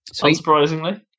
unsurprisingly